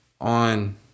on